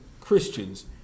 Christians